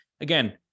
Again